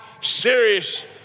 serious